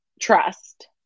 trust